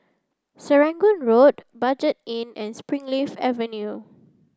Serangoon Road Budget Inn and Springleaf Avenue